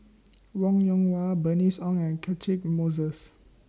Wong Yoon Wah Bernice Ong and Catchick Moses